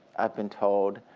i've been told,